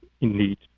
indeed